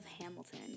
Hamilton